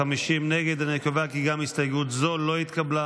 אני קובע כי גם הסתייגות זאת לא התקבלה.